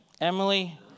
Emily